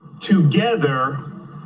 Together